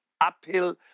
uphill